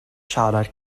siarad